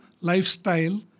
lifestyle